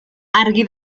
argi